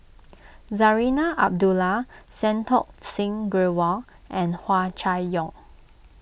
Zarinah Abdullah Santokh Singh Grewal and Hua Chai Yong